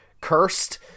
cursed